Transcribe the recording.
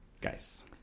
Guys